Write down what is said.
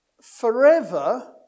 Forever